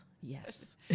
Yes